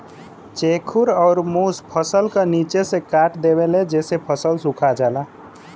चेखुर अउर मुस फसल क निचे से काट देवेले जेसे फसल सुखा जाला